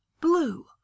blue